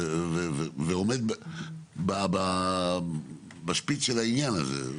ועומד בשפיץ של העניין הזה.